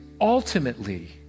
ultimately